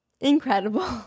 incredible